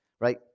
Right